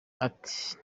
ati